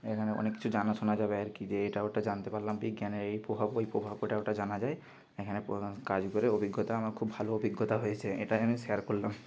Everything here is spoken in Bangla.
এখানে অনেক কিছু জানা শোনা যাবে আর কি যে এটা ওটা জানতে পারলাম বিজ্ঞানের এই প্রভাব ওই প্রভাব এটা ওটা জানা যায় এখানে প্রধান কাজ করে অভিজ্ঞতা আমার খুব ভালো অভিজ্ঞতা হয়েছে এটাই আমি শেয়ার করলাম